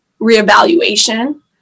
reevaluation